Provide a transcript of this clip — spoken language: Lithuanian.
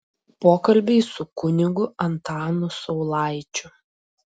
pokalbiai su kunigu antanu saulaičiu